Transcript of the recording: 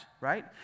right